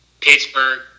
Pittsburgh